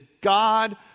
God